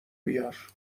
بیار